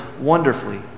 wonderfully